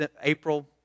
April